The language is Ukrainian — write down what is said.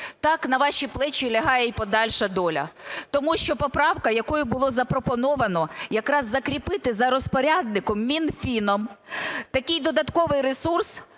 так на ваші плечі лягає і подальша доля. Тому що поправка, якою було запропоновано якраз закріпити за розпорядником – Мінфіном – такий додатковий ресурс